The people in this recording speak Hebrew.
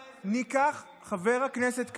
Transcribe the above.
חבר הכנסת כץ,